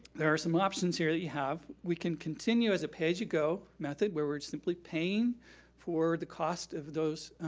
there are some options here that you have. we can continue as a pay-as-you-go method, where we're simply paying for the cost of those